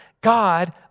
God